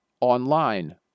online